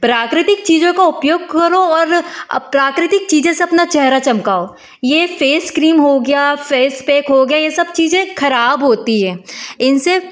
प्रकृतिक चीज़ों का उपयोग करो और अब प्रकृतिक चीज़ों से अपना चेहरा चमकाओं यह फेस क्रीम हो गया फेस पैक हो गया यह सब चीज़ें ख़राब होती है इनसे